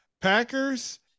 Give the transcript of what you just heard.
Packers